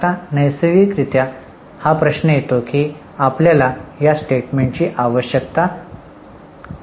आता नैसर्गिक रित्या हा प्रश्न येतो की आपल्याला या स्टेटमेंटची आवश्यकता का आहे